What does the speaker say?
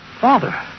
Father